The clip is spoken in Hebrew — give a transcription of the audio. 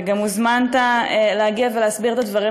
אתה גם הוזמנת להגיע ולהסביר את הדברים